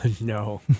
No